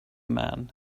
man